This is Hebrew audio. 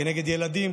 כנגד ילדים,